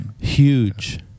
Huge